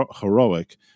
Heroic